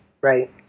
right